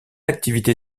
l’activité